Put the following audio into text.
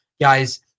Guys